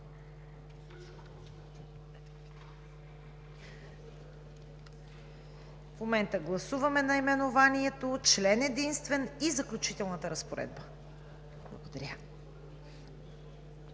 на гласуване наименованието, член единствен и заключителната разпоредба. Гласували